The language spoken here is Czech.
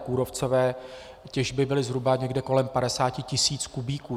Kůrovcové těžby byly zhruba někde kolem 50 tisíc kubíků.